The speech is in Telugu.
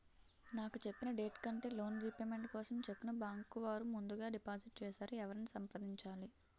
నాకు చెప్పిన డేట్ కంటే లోన్ రీపేమెంట్ కోసం చెక్ ను బ్యాంకు వారు ముందుగా డిపాజిట్ చేసారు ఎవరిని సంప్రదించాలి?